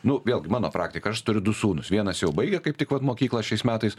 nu vėlgi mano praktika aš turiu du sūnus vienas jau baigia kaip tik vat mokyklą šiais metais